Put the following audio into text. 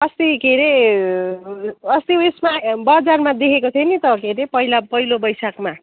अस्ति के अरे अस्ति उएसमा बजारमा देखेको थिएँ नि त के अरे पहिला पहिलो बैशाखमा